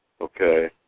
Okay